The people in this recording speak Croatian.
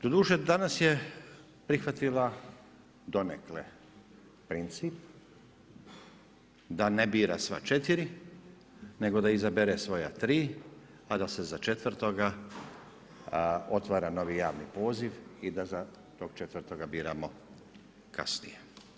Doduše, danas je prihvatila donekle princip da ne bira sva četiri nego da izabere svoja tri a da se za četvrtoga otvara novi javni poziv i da za tog četvrtoga biramo kasnije.